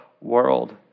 world